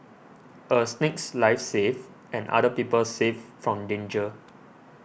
a snake's life saved and other people saved from danger